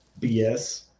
BS